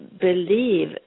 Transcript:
believe